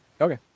okay